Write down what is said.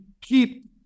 keep